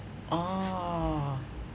oh